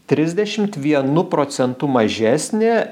trisdešimt vienu procentu mažesnė